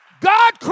God